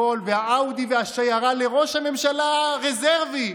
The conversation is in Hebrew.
והאאודי והשיירה לראש הממשלה הרזרבי,